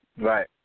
Right